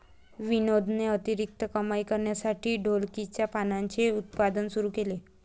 विनोदने अतिरिक्त कमाई करण्यासाठी ढोलकीच्या पानांचे उत्पादन सुरू केले